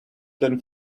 than